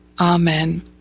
Amen